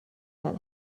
that